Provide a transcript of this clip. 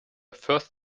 first